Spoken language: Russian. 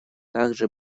также